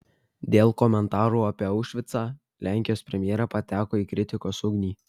dėl komentarų apie aušvicą lenkijos premjerė pateko į kritikos ugnį